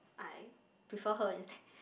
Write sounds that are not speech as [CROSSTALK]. I prefer her instead [BREATH]